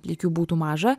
lyg jų būtų maža